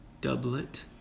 doublet